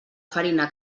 farina